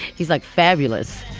he's like fabulous